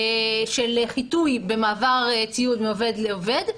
של חיטוי במעבר ציוד מעובד לעובד,